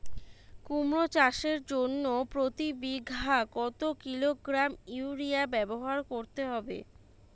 কুমড়ো চাষের জন্য প্রতি বিঘা কত কিলোগ্রাম ইউরিয়া ব্যবহার করতে হবে?